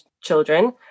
children